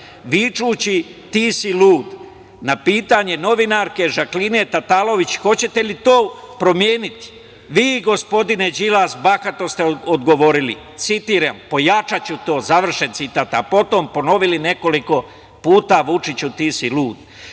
vičući: "Ti si lud", na pitanje novinarke Žakline Tatalović: "Hoćete li to promeniti?" Vi, gospodine Đilas, bahato ste odgovorili, citiram: "Pojačaću to", a potom ponovili nekoliko puta: "Vučiću ti si lud".